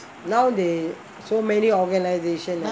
now they so many organisation lah